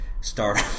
start